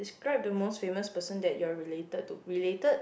describe the most famous person that you are related to related